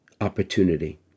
opportunity